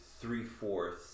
three-fourths